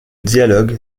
dialogue